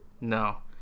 No